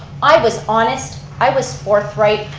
i was honest, i was forthright,